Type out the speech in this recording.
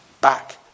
back